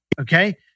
okay